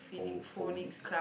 pho~ phonics